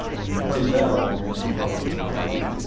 and you played that off against the cost of that train,